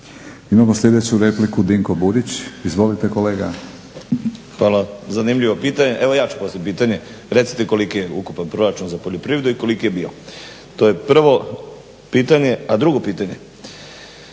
Imamo sljedeću repliku Dinko Burić. Izvolite kolega. **Burić, Dinko (HDSSB)** Hvala. Zanimljivo pitanje. Evo ja ću postavit pitanje. Recite koliki je ukupan proračun za poljoprivredu i koliki je bio? To je prvo pitanje, a drugo pitanje